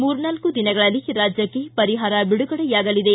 ಮೂರ್ನಾಲ್ಲು ದಿನಗಳಲ್ಲಿ ರಾಜ್ಯಕ್ಷೆ ಪರಿಹಾರ ಬಿಡುಗಡೆಯಾಗಲಿದೆ